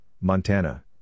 Montana